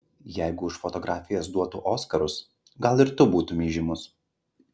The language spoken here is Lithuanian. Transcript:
jeigu už fotografijas duotų oskarus gal ir tu būtumei žymus